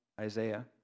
Isaiah